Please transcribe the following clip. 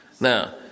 Now